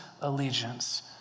allegiance